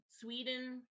Sweden